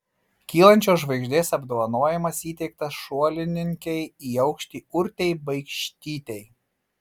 kylančios žvaigždės apdovanojimas įteiktas šuolininkei į aukštį urtei baikštytei